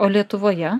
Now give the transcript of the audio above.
o lietuvoje